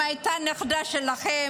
אם היא הייתה הנכדה שלכם,